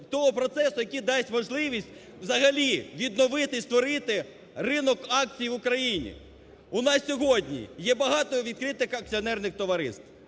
того процесу, який дасть можливість взагалі відновити і створити ринок акцій в Україні. У нас сьогодні є багато відкритих акціонерних товариств,